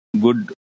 good